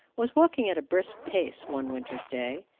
was walking at a brisk pace, one winter's day,